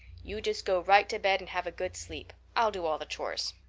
you just go right to bed and have a good sleep. i'll do all the chores.